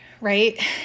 right